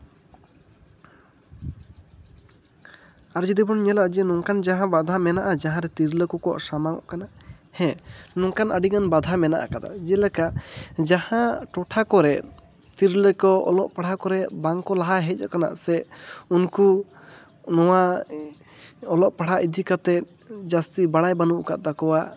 ᱟᱨ ᱡᱩᱫᱤᱵᱚᱱ ᱧᱮᱞᱟ ᱡᱮ ᱱᱚᱝᱠᱟᱱ ᱡᱟᱦᱟᱸ ᱵᱟᱫᱷᱟ ᱢᱮᱱᱟᱜᱼᱟ ᱡᱟᱦᱟᱸ ᱨᱮ ᱛᱤᱨᱞᱟᱹ ᱠᱚᱠᱚ ᱥᱟᱢᱟᱝᱚᱜ ᱠᱟᱱᱟ ᱦᱮᱸ ᱱᱚᱝᱠᱟᱱ ᱟᱹᱰᱤ ᱜᱟᱱ ᱵᱟᱫᱷᱟ ᱢᱮᱱᱟᱜᱼᱟᱠᱟᱫᱟ ᱡᱮᱞᱮᱠᱟ ᱡᱟᱦᱟᱸ ᱴᱚᱴᱷᱟ ᱠᱚᱨᱮ ᱛᱤᱨᱞᱟᱹ ᱠᱚ ᱚᱞᱚᱜ ᱯᱟᱲᱦᱟᱣ ᱠᱚᱨᱮ ᱵᱟᱝᱠᱚ ᱞᱟᱦᱟ ᱦᱮᱡ ᱟᱠᱟᱱᱟ ᱥᱮ ᱩᱱᱠᱩ ᱱᱚᱣᱟ ᱚᱞᱚᱜ ᱯᱟᱲᱦᱟᱜ ᱤᱫᱤ ᱠᱟᱛᱮᱫ ᱡᱟᱹᱥᱛᱤ ᱵᱟᱲᱟᱭ ᱵᱟᱹᱱᱩᱜ ᱠᱟᱜ ᱛᱟᱠᱚᱣᱟ